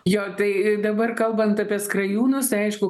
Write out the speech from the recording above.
jo tai dabar kalbant apie skrajūnus aišku